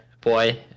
boy